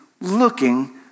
looking